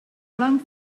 flung